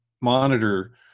monitor